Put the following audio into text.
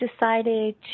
decided